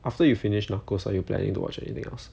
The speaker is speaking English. after you finish narcos are you planning to watch anything else